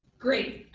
great.